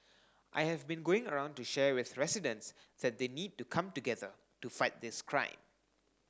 I have been going around to share with residents that they need to come together to fight this crime